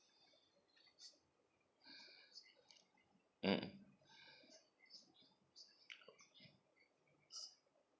mm